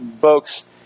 Folks